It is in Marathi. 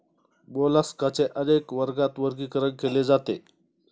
मोलास्काचे अनेक वर्गात वर्गीकरण केले जाते